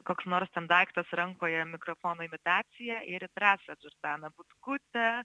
koks nors ten daiktas rankoje mikrofono imitacija ir į trasą džordana butkutė